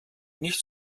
nicht